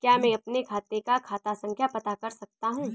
क्या मैं अपने खाते का खाता संख्या पता कर सकता हूँ?